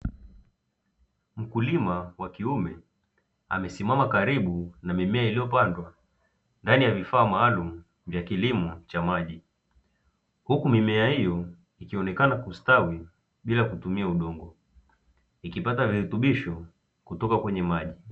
Mkulima wa kiume amesimama karibu na mimea iliyo pandwa ndani ya vifaa maalumu vya kilimo cha maji. Huku mimea hiyo ikionekana kustawi bila kutumia udongo ikipata virutubisho kutoka kwenye maji.